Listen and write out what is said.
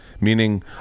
Meaning